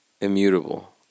immutable